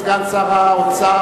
סגן שר האוצר,